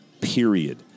period